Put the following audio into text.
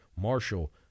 Marshall